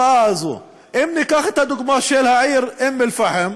אם ניקח את הדוגמה של העיר אום-אלפחם,